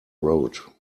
road